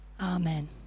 Amen